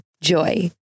JOY